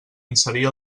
inserir